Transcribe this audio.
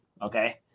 Okay